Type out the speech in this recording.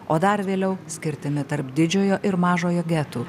o dar vėliau skirtimi tarp didžiojo ir mažojo getų